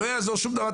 לא יעזור שום דבר,